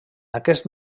aquest